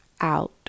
out